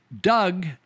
Doug